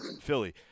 Philly